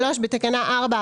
בתקנה 4,